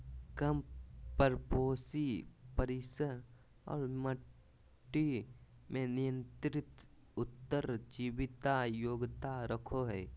कम परपोषी परिसर और मट्टी में नियंत्रित उत्तर जीविता योग्यता रखो हइ